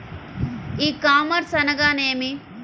ఈ కామర్స్ అనగానేమి?